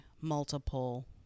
multiple